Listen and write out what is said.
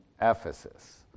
Ephesus